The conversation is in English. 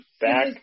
back